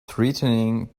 threatening